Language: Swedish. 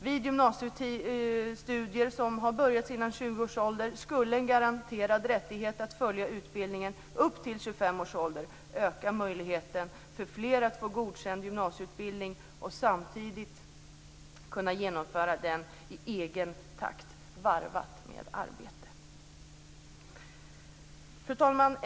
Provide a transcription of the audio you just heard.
Vid gymnasiestudier som påbörjats före 20 års ålder skulle en garanterad rättighet att fullfölja utbildningen upp till 25 års ålder öka möjligheten för fler att få en godkänd gymnasieutbildning och samtidigt genomföra den i egen takt, varvat med arbete. Fru talman!